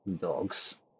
dogs